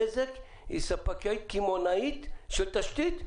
בזק היא ספקית קמעונאית של תשתית?